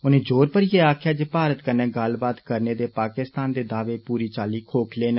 उनें ज़ोर भरियै आक्खेआ ऐ जे भारत कन्नै गल्लबात करने दे पाकिस्तान दे दावे पूरी चाल्ली खोखले न